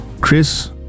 Chris